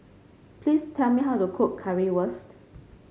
please tell me how to cook Currywurst